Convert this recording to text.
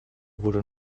wurde